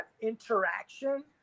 interaction